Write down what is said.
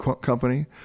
company